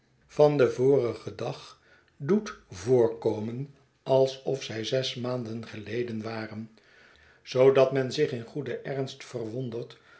van den vorigen dag doet voorkomen alsof zy zes maanden geleden waren zoodat men zich in goeden ernst verwondert